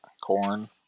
corn